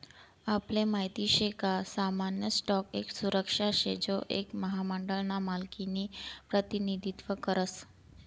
आपले माहित शे का सामान्य स्टॉक एक सुरक्षा शे जो एक महामंडळ ना मालकिनं प्रतिनिधित्व करस